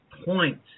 point